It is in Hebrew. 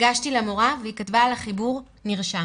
הגשתי למורה והיא כתבה על החיבור "נרשם".